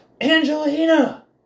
Angelina